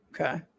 Okay